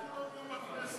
בכנסת.